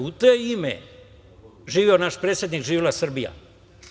U to ime, živeo naš predsednik, živela Srbija.